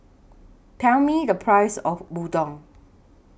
Tell Me The Price of Udon